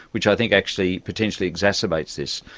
which i think actually potentially exacerbates this.